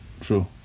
True